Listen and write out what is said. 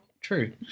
true